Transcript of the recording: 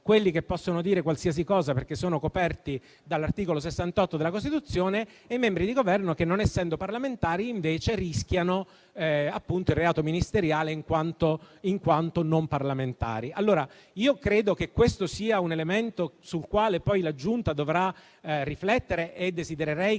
quelli che possono dire qualsiasi cosa perché sono coperti dall'articolo 68 della Costituzione e quelli che, non essendo parlamentari, invece rischiano il reato ministeriale in quanto non parlamentari. Io credo che questo sia un elemento sul quale la Giunta dovrà riflettere. Desidererei inoltre